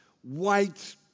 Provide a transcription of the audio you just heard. white